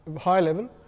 high-level